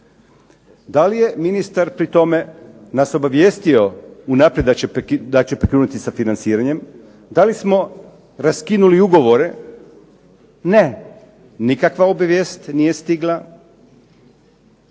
Da li je ministar pri tome nas obavijestio unaprijed da će prekinuti sa financiranjem? Da li smo raskinuli ugovore? Ne. Nikakva obavijest nije stigla,